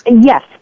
Yes